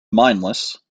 mindless